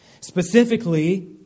specifically